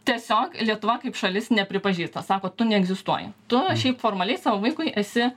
tiesiog lietuva kaip šalis nepripažįsta sako tu neegzistuoji tu šiaip formaliai savo vaikui esi